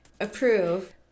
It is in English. approve